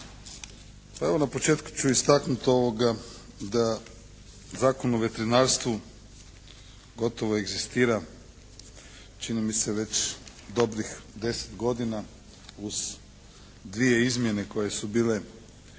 Pa evo na početku ću istaknuti da Zakon o veterinarstvu gotovo egzistira čini mi se već dobrih 10 godina uz dvije izmjene koje su bile 2001.